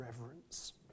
reverence